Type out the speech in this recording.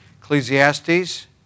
Ecclesiastes